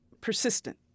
persistent